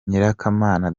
nyirakamana